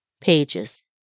pages